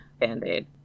band-aid